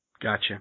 Gotcha